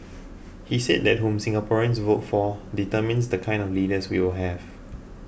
he said that whom Singaporeans vote for determines the kind of leaders we will have